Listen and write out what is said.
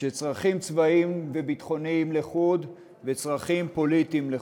שצרכים צבאיים וביטחוניים לחוד וצרכים פוליטיים לחוד.